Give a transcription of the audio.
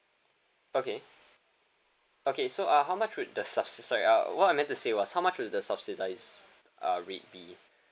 okay okay so uh how much would the subsi~ sorry uh what I meant to say was how much will the subsidise uh rate be